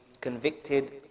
convicted